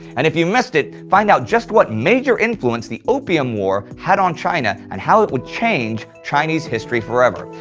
and if you missed it, find out just what major influence the opium war had on china and how it would change chinese history forever!